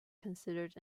considered